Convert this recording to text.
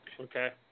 Okay